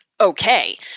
Okay